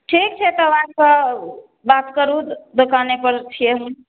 ठीक छै तऽ बात कऽ बात करू दोकानेपर छिए हम